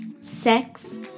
sex